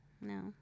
No